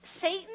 Satan